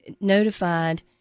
notified